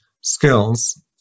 skills